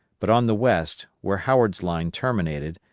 but on the west, where howard's line terminated,